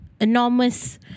enormous